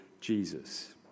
Jesus